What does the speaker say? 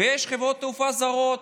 ויש חברות תעופה זרות.